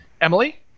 Emily